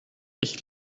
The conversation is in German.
ich